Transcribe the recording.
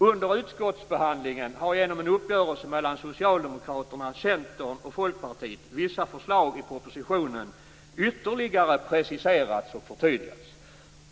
Under utskottsbehandlingen har genom en uppgörelse mellan Socialdemokraterna, Centern och Folkpartiet vissa förslag i propositionen ytterligare preciserats och förtydligats.